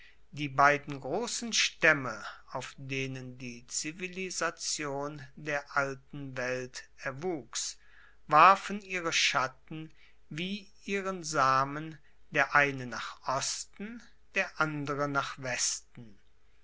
die beiden grossen staemme auf denen die zivilisation der alten welt erwuchs warfen ihre schatten wie ihren samen der eine nach osten der andere nach westen